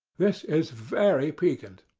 this is very piquant.